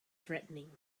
threatening